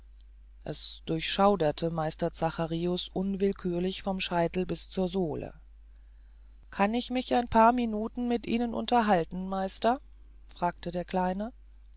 es durchschauerte meister zacharius unwillkürlich vom scheitel bis zur sohle kann ich mich ein paar minuten mit ihnen unterhalten meister fragte der kleine